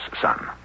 son